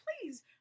please